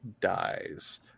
dies